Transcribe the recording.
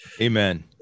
Amen